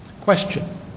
Question